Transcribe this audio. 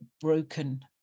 broken